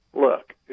look